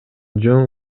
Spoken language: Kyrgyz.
жөн